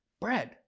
bread